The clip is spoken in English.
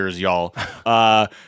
y'all